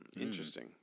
Interesting